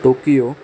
Tokyo